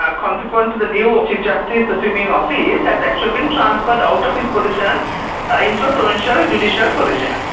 ah consequent to the new chief justice assuming office, has actually been transferred out of his position into a provincial judicial position.